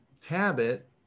habit –